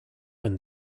when